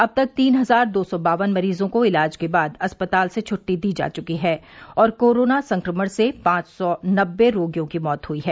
अब तक तीन हजार दो सौ बावन मरीजों को इलाज के बाद अस्पताल से छुट्टी दी जा चुकी है और कोरोना संक्रमण से पांच सौ नब्बे रोगियों की मौत हुई है